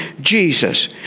Jesus